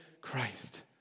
Christ